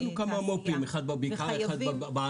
יהיו כמה מו"פים, אחד בבקעה, אחד בערבה.